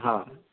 हा